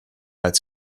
als